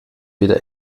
wieder